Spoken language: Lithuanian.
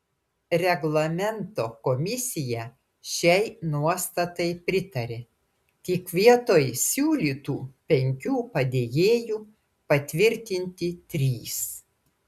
reglamento komisija šiai nuostatai pritarė tik vietoj siūlytų penkių padėjėjų patvirtinti trys